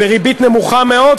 וריבית נמוכה מאוד,